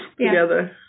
together